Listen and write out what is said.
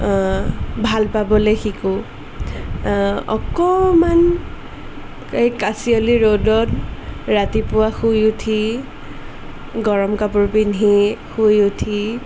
ভাল পাবলৈ শিকোঁ অকণমান এই কাঁচিয়লি ৰ'দত ৰাতিপুৱা শুই উঠি গৰম কাপোৰ পিন্ধি শুই উঠি